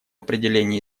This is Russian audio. определения